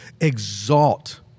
exalt